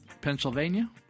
pennsylvania